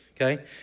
okay